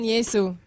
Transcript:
Jesus